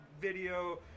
video